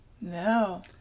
No